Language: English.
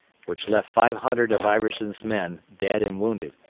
which left five hundred of iverson's men dead and wounded,